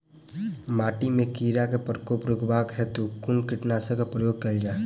माटि मे कीड़ा केँ प्रकोप रुकबाक हेतु कुन कीटनासक केँ प्रयोग कैल जाय?